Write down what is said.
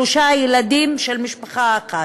שלושה ילדים של משפחה אחת.